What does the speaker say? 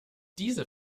diese